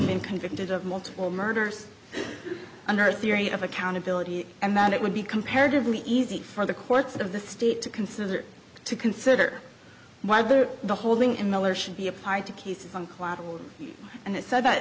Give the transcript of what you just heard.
been convicted of multiple murders under a theory of accountability and that it would be comparatively easy for the courts of the state to consider to consider whether the holding in miller should be applied to cases on collateral and it said that